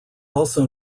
also